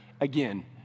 again